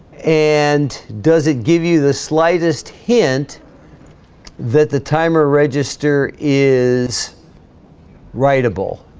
and does it give you the slightest hint that the timer register is writable